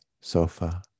sofa